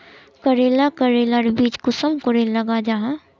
करेला करेलार बीज कुंसम करे लगा जाहा?